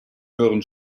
höheren